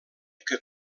que